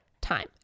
time